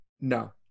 No